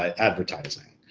advertising.